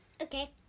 Okay